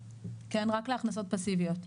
כן, רק להכנסות פסיביות.